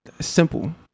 Simple